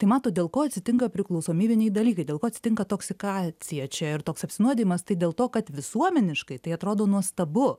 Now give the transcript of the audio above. tai matot dėl ko atsitinka priklausomybiniai dalykai dėl ko atsitinka toksikacija čia ir toks apsinuodijimas tai dėl to kad visuomeniškai tai atrodo nuostabu